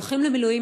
הולכים למילואים,